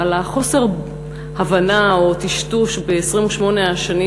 את חוסר ההבנה או הטשטוש ב-28 השנים